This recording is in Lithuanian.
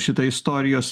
šitą istorijos